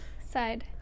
side